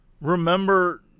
remember